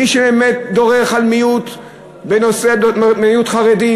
מי שבאמת דורך על מיעוט בנושא החרדי,